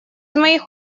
моих